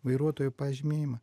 vairuotojo pažymėjimą